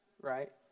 right